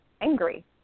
angry